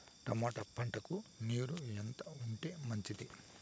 Tomato పంటకు నీరు ఎంత ఉంటే మంచిది?